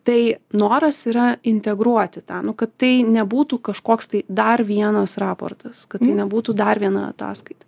tai noras yra integruoti tą nu kad tai nebūtų kažkoks tai dar vienas raportas kad tai nebūtų dar viena ataskaita